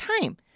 time